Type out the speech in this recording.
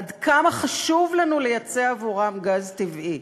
עד כמה חשוב לנו לייצא עבורם גז טבעי.